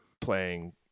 playing